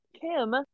Kim